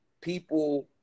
People